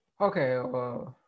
Okay